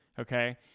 Okay